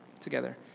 together